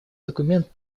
документ